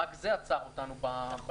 רק זה עצר אותנו בנושא זה.